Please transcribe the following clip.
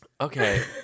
okay